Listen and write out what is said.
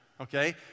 Okay